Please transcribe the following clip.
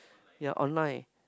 yea online